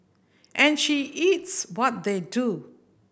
and she eats what they do